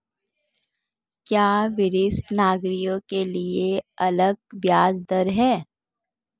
क्या वरिष्ठ नागरिकों के लिए अलग ब्याज दर है?